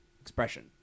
expression